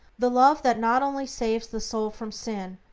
the love that not only saves the soul from sin,